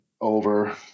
over